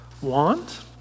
want